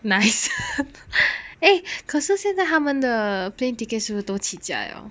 nice eh 可是现在他们的 plane tickets 是不是都起价 liao